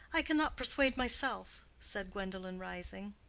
i cannot persuade myself, said gwendolen, rising.